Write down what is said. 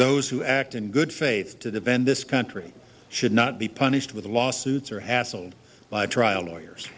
those who act in good faith to defend this country should not be punished with lawsuits or hassled by trial lawyers